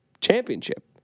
championship